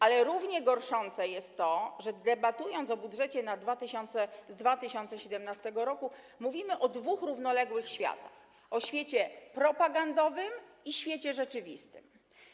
Ale równie gorszące jest to, że debatując o budżecie z 2017 r., mówimy o dwóch równoległych światach: o świecie propagandowym i o świecie rzeczywistym.